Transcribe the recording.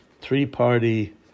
three-party